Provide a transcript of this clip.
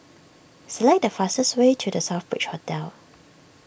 select the fastest way to the Southbridge Hotel